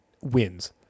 wins